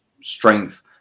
strength